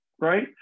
right